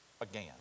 again